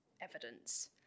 evidence